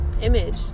image